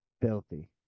Filthy